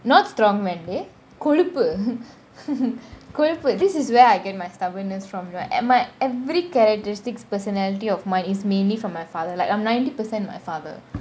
not strong man டி கொழுப்பு கொழுப்பு :di kolupu kolupu this is where I get my stubbornness from and my every characteristics personality of mine is mainly from my father like I'm ninety percent my father